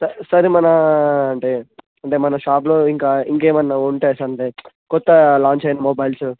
స సార్ మన అంటే అంటే మన షాప్లో ఇంకా ఇంకా ఏమైన ఉంటాయా అంటే కొత్త లాంచ్ అయిన మొబైల్స్